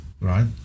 Right